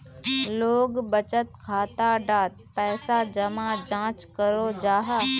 लोग बचत खाता डात पैसा जमा चाँ करो जाहा?